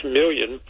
million